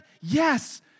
yes